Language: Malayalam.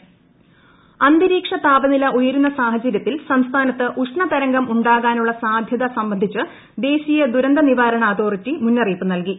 ഉഷ്ണ തരംഗം അന്തരീക്ഷ താപനില ഉയരുന്ന സാഹചര്യത്തിൽ സംസ്ഥാനത്ത് ഉഷ്ണതരംഗം ഉണ്ടാകാനുള്ള സാധൃത സംബന്ധിച്ച് ദേശീയ ദുരന്ത നിവാരണ അതോറിറ്റി മുന്നറിയിപ്പ് നൽകി